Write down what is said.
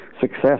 success